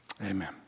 amen